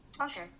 Okay